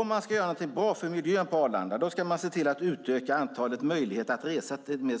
Om man ska göra någonting bra för miljön på Arlanda ska man se till att utöka antalet möjligheter att resa med spårbunden